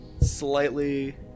slightly